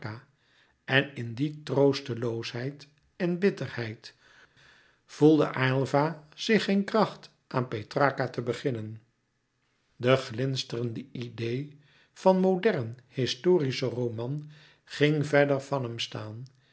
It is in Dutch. en in die troosteloosheid en bitterheid voelde aylva in zich geen kracht aan petrarca te beginnen de glinsterende idee van modern historischen roman ging verder van hem staan